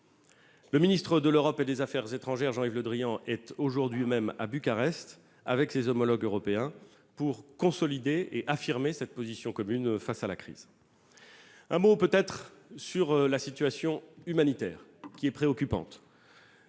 ministre de l'Europe et des affaires étrangères, est aujourd'hui même à Bucarest avec ses homologues européens pour consolider et affirmer cette position commune face à la crise. La situation humanitaire est préoccupante.